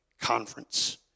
conference